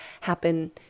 happen